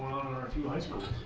our two high schools?